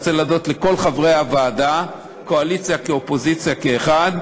לא בכדי נלווים אליך מנהיגיה של הקהילה היהודית מרחבי קנדה,